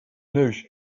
neus